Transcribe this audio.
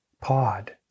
pod